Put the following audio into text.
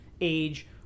age